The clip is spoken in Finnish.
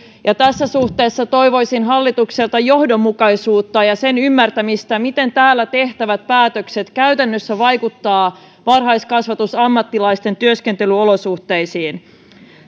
tässä suhteessa toivoisin hallitukselta johdonmukaisuutta ja sen ymmärtämistä miten täällä tehtävät päätökset käytännössä vaikuttavat varhaiskasvatusammattilaisten työskentelyolosuhteisiin